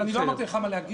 לא אמרתי לך מה להגיד,